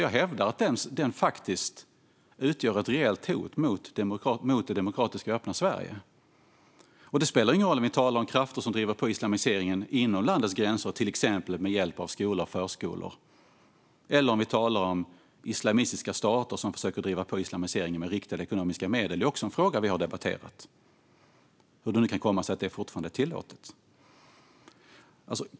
Jag hävdar att den faktiskt utgör ett reellt hot mot det demokratiska och öppna Sverige. Det spelar ingen roll om vi talar om krafter som driver på islamiseringen inom landets gränser, till exempel med hjälp av skolor och förskolor, eller om islamistiska stater som försöker driva på islamiseringen med riktade ekonomiska medel. Hur det kan komma sig att detta fortfarande är tillåtet är också en fråga som vi har debatterat.